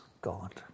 God